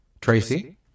Tracy